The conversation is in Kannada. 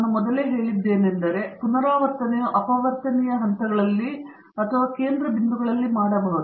ನಾನು ಮೊದಲೇ ಹೇಳಿದ್ದೇನೆಂದರೆ ಪುನರಾವರ್ತನೆಯು ಅಪವರ್ತನೀಯ ಹಂತಗಳಲ್ಲಿ ಅಥವಾ ಕೇಂದ್ರ ಬಿಂದುಗಳಲ್ಲಿ ಮಾಡಬಹುದು